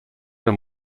dem